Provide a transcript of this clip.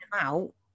out